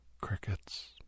Crickets